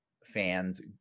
Fans